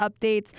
updates